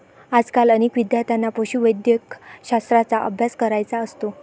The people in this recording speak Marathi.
आजकाल अनेक विद्यार्थ्यांना पशुवैद्यकशास्त्राचा अभ्यास करायचा असतो